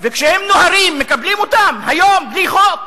כשהם נוהרים, מקבלים אותם היום, בלי חוק?